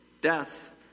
death